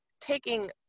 taking